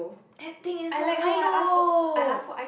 that thing is not Milo